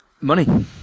Money